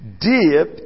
deep